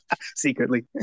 secretly